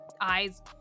eyes